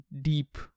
deep